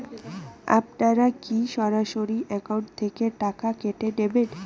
আপনারা কী সরাসরি একাউন্ট থেকে টাকা কেটে নেবেন?